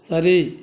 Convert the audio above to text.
சரி